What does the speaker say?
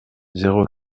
zéro